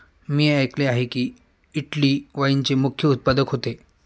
मी ऐकले आहे की, इटली वाईनचे मुख्य उत्पादक होते